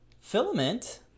filament